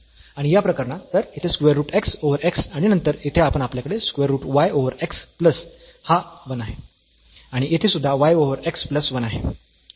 आणि या प्रकरणात तर येथे square root x over x आणि नंतर येथे आत आपल्याकडे square root y over x plus हा 1 आहे आणि येथे सुद्धा y ओव्हर x प्लस 1 आहे